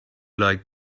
like